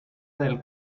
del